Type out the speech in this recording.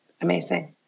Amazing